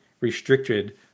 restricted